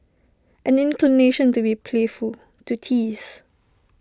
an inclination to be playful to tease